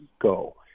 go